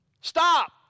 Stop